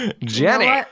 Jenny